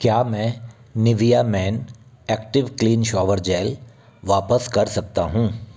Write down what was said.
क्या मैं Nivea men active clean shower gel वापस कर सकता हूँ